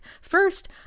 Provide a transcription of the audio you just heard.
first